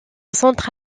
centre